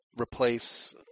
replace